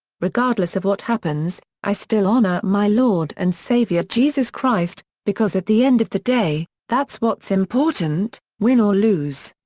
regardless of what happens, i still honor my lord and savior jesus christ, because at the end of the day, that's what's important, win or lose.